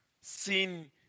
Sin